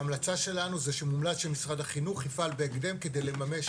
המלצה שלנו זה שמומלץ שמשרד החינוך יפעל בהתאם כדי לממש